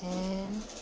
ten